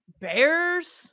Bears